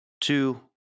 two